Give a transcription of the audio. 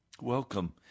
Welcome